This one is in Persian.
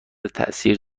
تاثیر